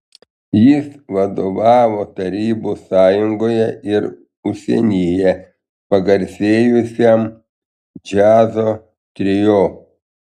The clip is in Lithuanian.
jis vadovavo tarybų sąjungoje ir užsienyje pagarsėjusiam džiazo trio